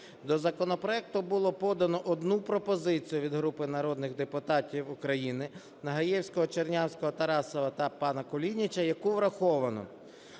До законопроекту було подано одну пропозицію від групи народних депутатів України Нагаєвського, Чернявського, Тарасова та пана Кулініча, яку враховано.